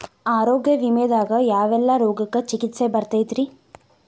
ಆರೋಗ್ಯ ವಿಮೆದಾಗ ಯಾವೆಲ್ಲ ರೋಗಕ್ಕ ಚಿಕಿತ್ಸಿ ಬರ್ತೈತ್ರಿ?